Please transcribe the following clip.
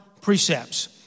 precepts